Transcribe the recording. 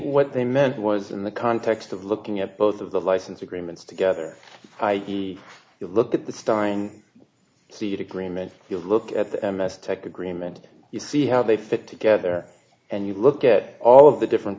what they meant was in the context of looking at both of the license agreements together i looked at the stein seat agreement if you look at the m f tech agreement you see how they fit together and you look at all of the different